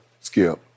Skip